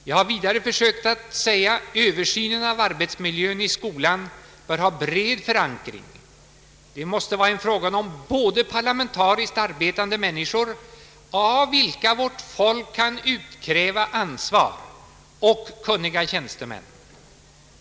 Jag har vidare försökt att säga att översynen av arbetsmiljön i skolan bör ha bred förankring. Det måste vara en fråga om både parlamentariskt arbetande människor, av vilka vårt folk kan utkräva ansvar, och kunniga tjänstemän.